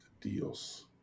Dios